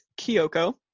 Kyoko